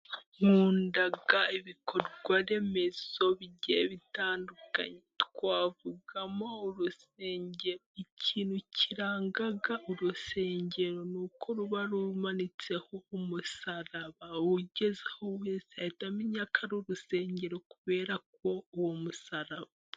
Nkunda ibikorwa remezo bigiye bitandukanye, twavugamo urusengero. Ikintu kiranga urusengero nuko ruba rumanitseho umusaraba. Ugezeyo wese ahita amenya ko ari urusengero kubera uwo musaraba.